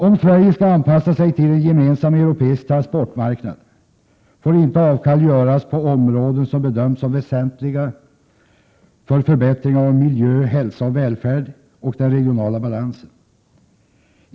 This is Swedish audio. Om Sverige skall anpassa sig till en gemensam europeisk transportmarknad, får vi inte avstå från insatser på områden som bedöms vara väsentliga för förbättringar av miljö, hälsa, välfärd och den regionala balansen.